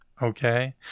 Okay